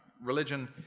religion